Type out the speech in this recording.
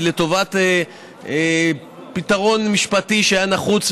והיא לטובת פתרון משפטי שהיה נחוץ,